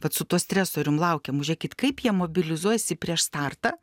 kad su tuo stresorium laukiamu žiūrėkit kaip jie mobilizuojasi prieš startą